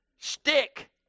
Stick